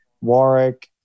Warwick